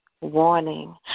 Warning